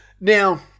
Now